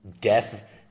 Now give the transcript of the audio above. death